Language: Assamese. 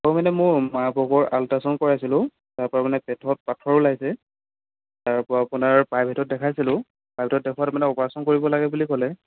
অ' মানে মোৰ মা আল্ট্ৰাছাউণ্ড কৰাইছিলোঁ তাৰপৰা মানে পেটত পাথৰ ওলাইছে তাৰপৰা আপোনাৰ প্ৰাইভেটত দেখাইছিলোঁ প্ৰাইভেটত দেখুৱাত মানে অপাৰেচন কৰিব লাগে বুলি ক'লে